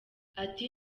ati